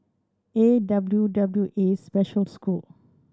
A W W A Special School